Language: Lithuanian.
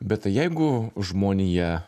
bet tai jeigu žmonija